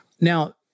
Now